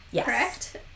correct